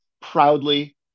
proudly